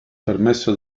permesso